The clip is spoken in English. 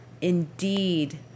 indeed